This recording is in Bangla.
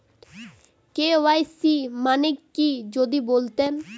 কে.ওয়াই.সি মানে কি যদি বলতেন?